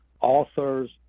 authors